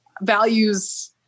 values